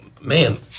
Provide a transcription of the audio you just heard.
man